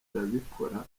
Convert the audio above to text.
arabikora